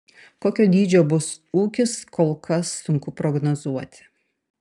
kokio dydžio bus ūkis kol kas sunku prognozuoti